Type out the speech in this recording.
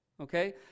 Okay